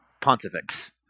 Pontifex